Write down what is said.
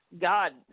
God